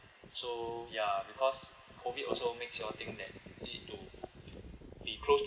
so ya because COVID also makes you all think that need to be close